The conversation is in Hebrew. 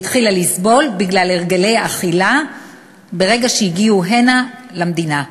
היא התחילה לסבול בגלל הרגלי האכילה ברגע שהגיעו הנה למדינה,